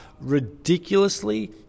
ridiculously